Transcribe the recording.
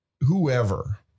whoever